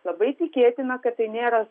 labai tikėtina kad tai nėra